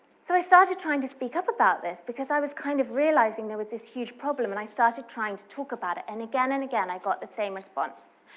so i started trying to speak up about this, because i was kind of realizing there was this huge problem, and i started trying to talk about it, and again and again, i got the same response.